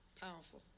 powerful